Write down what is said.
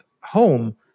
home